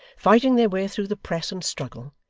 fighting their way through the press and struggle,